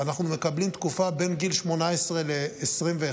אנחנו מקבלים תקופה בין גיל 18 ל-20,